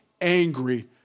angry